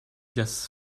das